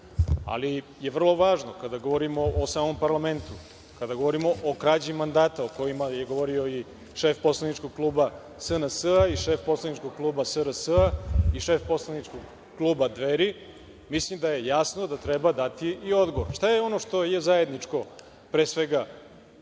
ali je vrlo važno kada govorimo o samom parlamentu, kada govorimo o krađi mandata o kojima je govorio i šef poslaničkog kluba SNS i šef poslaničkog kluba SRS o šef poslaničkog kluba Dveri, mislim da je jasno da treba dati i odgovor. Šta je ono što je zajedničko pre svega